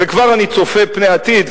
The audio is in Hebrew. וכבר אני צופה פני עתיד,